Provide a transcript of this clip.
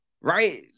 right